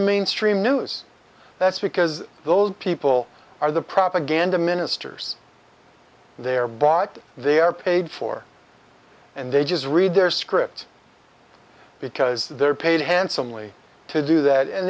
the mainstream news that's because those people are the propaganda ministers they are brought they are paid for and they just read their scripts because they're paid handsomely to do that and